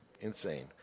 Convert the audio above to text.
Insane